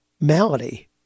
malady